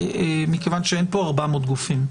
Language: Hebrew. מכיוון שאין פה 400 מאוד גופים,